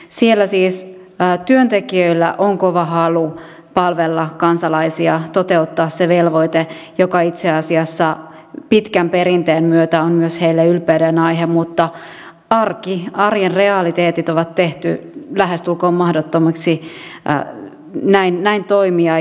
siellä siis työntekijöillä on kova halu palvella kansalaisia toteuttaa se velvoite joka itse asiassa pitkän perinteen myötä on myös heille ylpeydenaihe mutta arki arjen realiteetit ovat tehneet lähestulkoon mahdottomaksi näin toimia